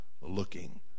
looking